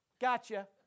gotcha